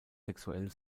sexuell